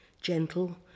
gentle